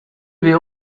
vais